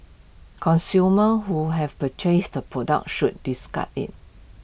consumers who have purchased the product should discard IT